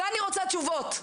ואני רוצה תשובות.